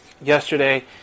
Yesterday